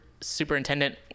Superintendent